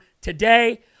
today